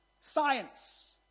Science